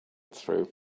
through